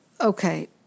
Okay